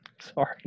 Sorry